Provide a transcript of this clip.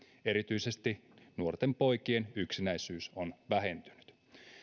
erityisesti nuorten poikien yksinäisyys on vähentynyt